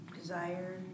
desire